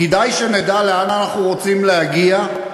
כדאי שנדע לאן אנחנו רוצים להגיע,